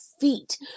feet